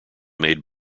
made